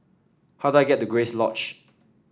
how do I get to Grace Lodge